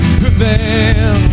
prevail